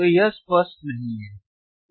तो यह स्पष्ट नहीं है यह घट रहा है